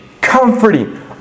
comforting